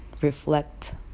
reflect